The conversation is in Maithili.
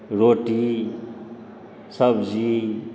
रोटी सब्जी